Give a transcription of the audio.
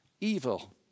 evil